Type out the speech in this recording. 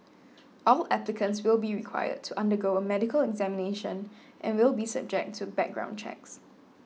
all applicants will be required to undergo a medical examination and will be subject to background checks